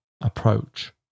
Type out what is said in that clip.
approach